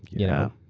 yeah.